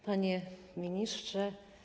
Panie Ministrze!